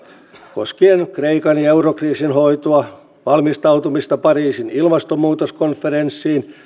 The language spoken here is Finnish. koskien kreikan ja eurokriisin hoitoa valmistautumista pariisin ilmastonmuutoskonferenssiin